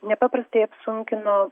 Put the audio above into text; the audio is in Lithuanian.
nepaprastai apsunkino